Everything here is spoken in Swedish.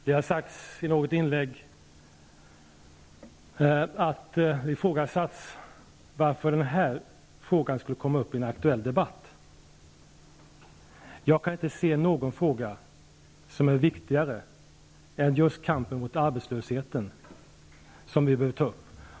Herr talman! Det har ifrågasatts varför den här frågan skulle tas upp i en aktuell debatt. Jag kan inte se någon fråga som är viktigare än just kampen mot arbetslösheten som vi behöver ta upp.